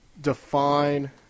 define